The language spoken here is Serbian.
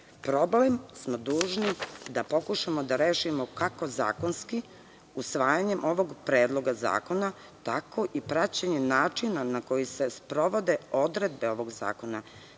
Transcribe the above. Problem smo dužni da pokušamo da rešimo kako zakonski, usvajanjem ovog predloga zakona, tako i praćenjem načina na koji se sprovode odredbe ovog zakona. Nikako